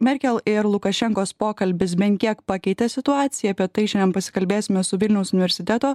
merkel ir lukašenkos pokalbis bent kiek pakeitė situaciją apie tai šiandien pasikalbėsime su vilniaus universiteto